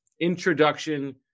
introduction